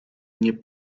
nie